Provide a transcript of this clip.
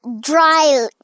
dry